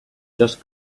just